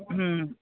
ಹ್ಞೂ